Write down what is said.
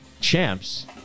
champs